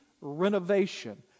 renovation